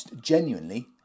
genuinely